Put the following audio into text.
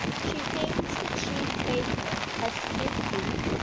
she hangs the chief baker, as mid be,